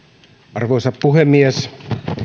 arvoisa puhemies